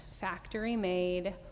factory-made